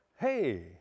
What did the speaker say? Hey